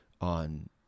on